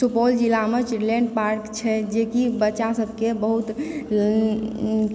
सुपौल जिला मे children's park छै जेकि बच्चा सभके बहुत